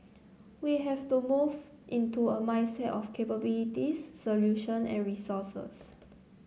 we have to move into a mindset of capabilities solution and resources